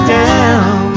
down